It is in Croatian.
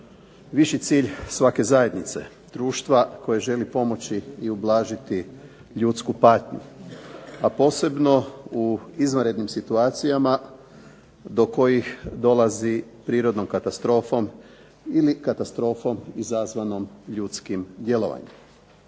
viši cilj svake zajednice, društva koje želi pomoći i ublažiti ljudsku patnju, a posebno u izvanrednim situacijama do kojih dolazi prirodnom katastrofom ili katastrofom izazvanom ljudskim djelovanjem.